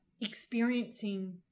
experiencing